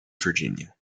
virginia